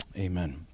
Amen